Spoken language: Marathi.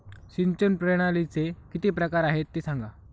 सिंचन प्रणालीचे किती प्रकार आहे ते सांगा